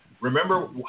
remember